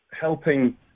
helping